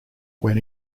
when